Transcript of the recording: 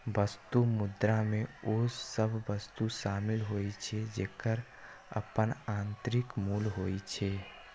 वस्तु मुद्रा मे ओ सभ वस्तु शामिल होइ छै, जेकर अपन आंतरिक मूल्य होइ छै